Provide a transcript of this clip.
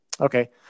Okay